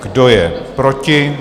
Kdo je proti?